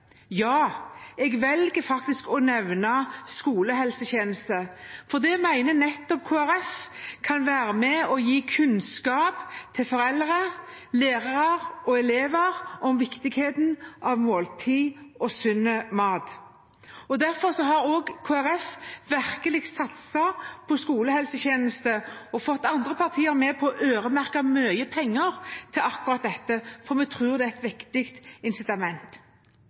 Ja, jeg velger faktisk å nevne skolehelsetjenesten, for den mener Kristelig Folkeparti kan være med på å gi kunnskap til foreldre, lærere og elever om viktigheten av måltid og sunn mat. Derfor har Kristelig Folkeparti virkelig satset på skolehelsetjenesten og fått andre partier med på å øremerke mye penger til akkurat dette, for vi tror det er et viktig